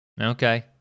Okay